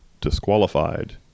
disqualified